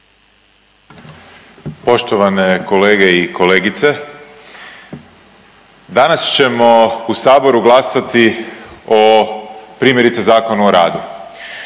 Poštovane kolege i kolegice, danas ćemo u Saboru glasati o primjerice Zakonu o radu,